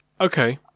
Okay